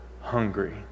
hungry